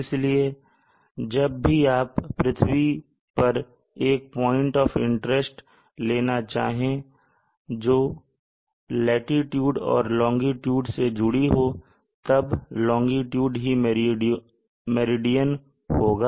इसलिए जब भी आप पृथ्वी पर एक पॉइंट ऑफ इंटरेस्ट लेना चाहे जो लाटीट्यूड और लोंगिट्यूड से जुड़ी हो तब लोंगिट्यूड ही मेरिडियन होगा